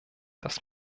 das